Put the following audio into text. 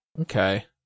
Okay